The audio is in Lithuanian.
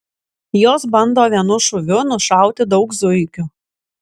jos bando vienu šūviu nušauti daug zuikių